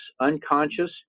unconscious